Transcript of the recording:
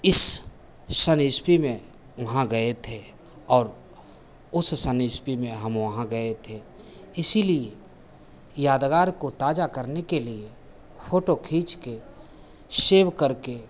इस सन ईस्वी में वहाँ गए थे और उस सन ईस्वी में हम वहाँ गए थे इसी लिए यादगार को ताज़ा करने के लिए फ़ोटो खींचकर सेव करके